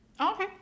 Okay